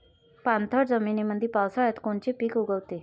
पाणथळ जमीनीमंदी पावसाळ्यात कोनचे पिक उगवते?